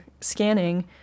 scanning